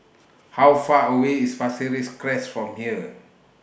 How Far away IS Pasir Ris Crest from here